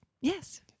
Yes